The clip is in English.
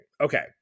Okay